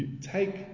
take